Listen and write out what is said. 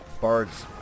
Bard's